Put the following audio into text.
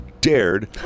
dared